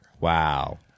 Wow